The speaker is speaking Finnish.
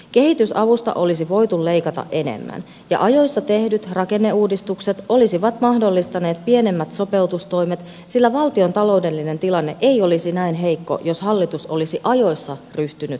kehitysavusta olisi voitu leikata enemmän ja ajoissa tehdyt rakenneuudistukset olisivat mahdollistaneet pienemmät sopeutustoimet sillä valtion taloudellinen tilanne ei olisi näin heikko jos hallitus olisi ajoissa ryhtynyt toimiin